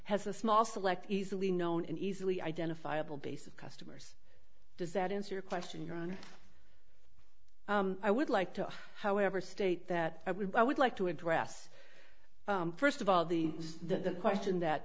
has a small select easily known and easily identifiable base of customers does that answer your question you're on i would like to however state that i would i would like to address first of all the the question that